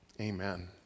Amen